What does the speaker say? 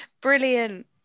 Brilliant